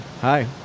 Hi